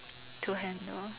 to handle